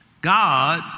God